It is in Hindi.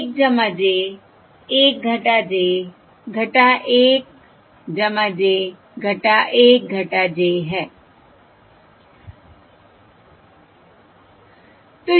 एक 1 j 1 j 1 j 1 j है